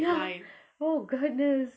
ya oh goodness